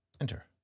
Enter